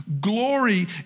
Glory